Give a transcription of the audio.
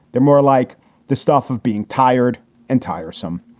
they're more like the stuff of being tired and tiresome,